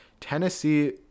Tennessee